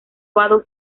vado